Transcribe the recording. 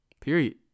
Period